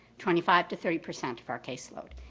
twenty five to thirty percent of our case load.